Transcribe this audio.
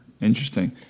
Interesting